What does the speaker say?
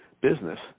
business